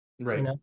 Right